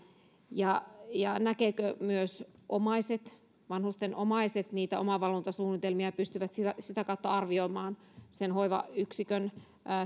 ja ja näkevätkö myös vanhusten omaiset niitä omavalvontasuunnitelmia jotta pystyisivät sitä kautta arvioimaan sen hoivayksikön